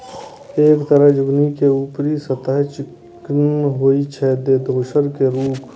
एक तरह झिंगुनी के ऊपरी सतह चिक्कन होइ छै, ते दोसर के रूख